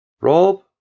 Rob